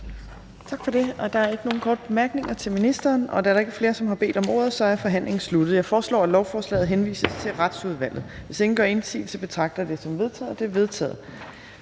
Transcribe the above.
Tak for det. Der er ikke nogen korte bemærkninger til ministeren. Da der ikke er flere, der har bedt om ordet, er forhandlingen sluttet. Jeg foreslår, at lovforslaget henvises til Retsudvalget. Hvis ingen gør indsigelse, betragter jeg det som vedtaget. Det er vedtaget.